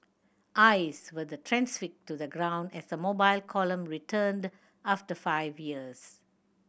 eyes were then transfixed to the ground as the Mobile Column returned after five years